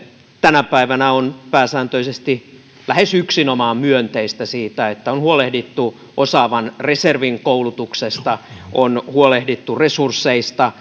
tänä päivänä pääsääntöisesti lähes yksinomaan myönteistä että on huolehdittu osaavan reservin koulutuksesta on huolehdittu resursseista